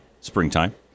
springtime